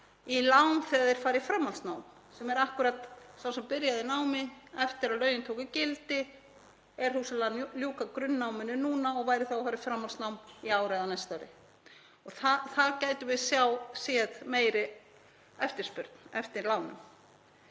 í lán þegar þeir fara í framhaldsnám? Sá sem byrjaði í námi eftir að lögin tóku gildi er hugsanlega að ljúka grunnnáminu núna og væri þá að fara í framhaldsnám í ár eða á næsta ári. Þar gætum við séð meiri eftirspurn eftir lánum.